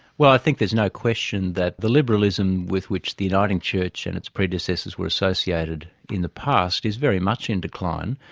well i think there's no question that the liberalism with which the uniting church and its predecessors were associated in the past is very much in decline.